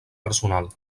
personal